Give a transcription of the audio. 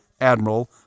Admiral